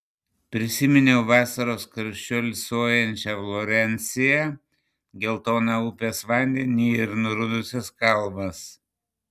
prisiminiau vasaros karščiu alsuojančią florenciją geltoną upės vandenį ir nurudusias kalvas